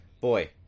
boy